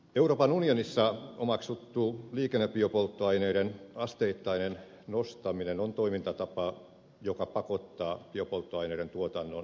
euroopan unionissa omaksuttu liikennebiopolttoaineiden asteittainen nostaminen on toimintatapa joka pakottaa biopolttoaineiden tuotannon lisäämiseen